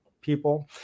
people